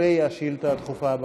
אחרי השאילתה הדחופה הבאה.